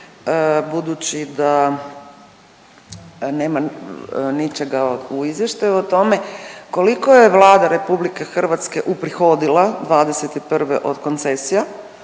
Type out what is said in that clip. budući da nema ničega u izvještaju o tome, koliko je Vlada RH uprihodila '21. od koncesija